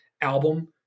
album